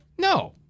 No